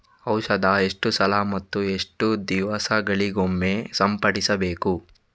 ಔಷಧ ಎಷ್ಟು ಸಲ ಮತ್ತು ಎಷ್ಟು ದಿವಸಗಳಿಗೊಮ್ಮೆ ಸಿಂಪಡಿಸಬೇಕು?